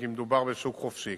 אם כי מדובר בשוק חופשי.